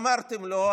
אמרתם: לא,